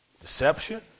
Deception